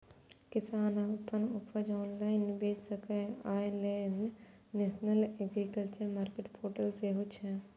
किसान अपन उपज ऑनलाइन बेच सकै, अय लेल नेशनल एग्रीकल्चर मार्केट पोर्टल सेहो छै